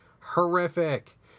horrific